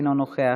אינו נוכח,